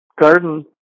garden